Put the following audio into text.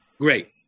Great